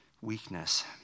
weakness